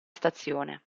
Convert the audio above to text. stazione